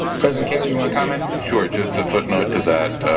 president kaler, you wanna comment? sure, just a footnote to that.